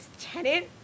tenant